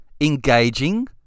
engaging